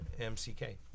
MCK